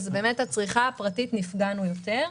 בצריכה הפרטית נפגענו יותר.